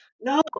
no